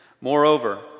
Moreover